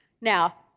now